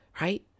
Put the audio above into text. right